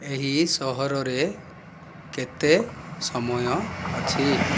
ଏହି ସହରରେ କେତେ ସମୟ ଅଛି